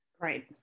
right